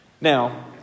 Now